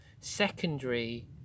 secondary